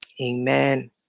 Amen